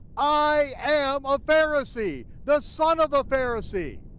i am a pharisee, the son of a pharisee.